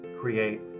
create